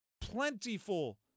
plentiful